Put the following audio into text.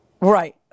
Right